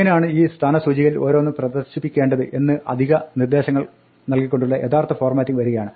എങ്ങിനെയാണ് ഈ സ്ഥാനസൂചികകളിൽ ഓരോന്നും പ്രദർശിപ്പിക്കേണ്ടത് എന്ന് അധിക നിർദ്ദേശങ്ങൾ നൽകിക്കൊണ്ടുള്ള യാഥാർത്ഥ ഫോർമാറ്റിംഗ് വരികയാണ്